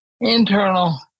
internal